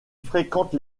fréquente